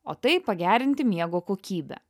o tai pagerinti miego kokybę